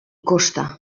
kosta